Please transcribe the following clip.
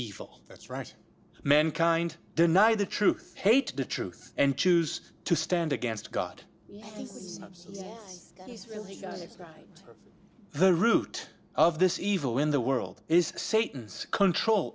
evil that's right mankind deny the truth hate the truth and choose to stand against god is the root of this evil in the world is satan's control